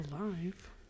alive